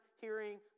hearing